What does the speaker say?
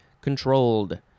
controlled